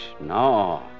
No